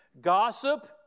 Gossip